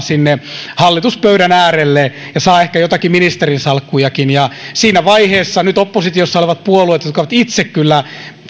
sinne hallituspöydän äärelle ja saa ehkä joitakin ministerinsalkkujakin siinä vaiheessa nyt oppositiossa olevat puolueet jotka itse kyllä